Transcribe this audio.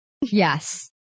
yes